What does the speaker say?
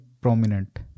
prominent